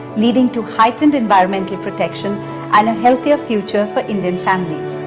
leading to heightened environmental protection and a healthier future for indian families.